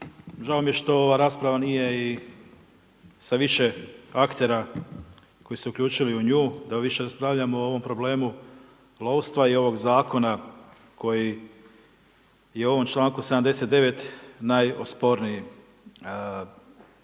Žao mi je što ova rasprava nije i sa više aktera koji su se uključili u nju, da više raspravljamo o ovom problemu lovstva i ovog zakona koji je ovim čl. 79. najosporniji.